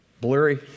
blurry